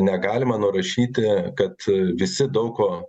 negalima nurašyti kad visi daug ko